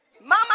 Mama